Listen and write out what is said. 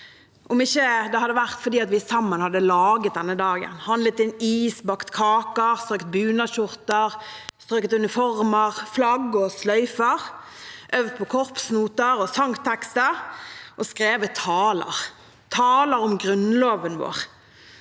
det ikke hadde vært for at vi sammen hadde laget denne dagen: handlet inn is, bakt kaker, strøket bunadsskjorter, uniformer, flagg og sløyfer, øvd på korpsnoter og sangtekster og skrevet taler – taler om grunnloven vår.